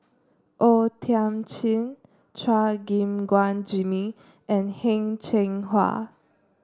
O Thiam Chin Chua Gim Guan Jimmy and Heng Cheng Hwa